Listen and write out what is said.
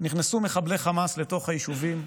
נכנסו מחבלי חמאס לתוך היישובים,